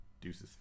Deuces